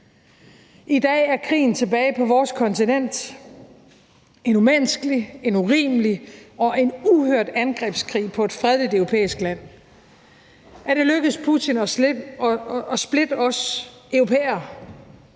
I dag er krigen tilbage på vores kontinent, en umenneskelig, urimelig og uhørt angrebskrig på et fredeligt europæisk land. Er det lykkedes Putin at splitte os europæere?